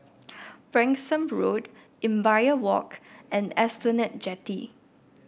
Branksome Road Imbiah Walk and Esplanade Jetty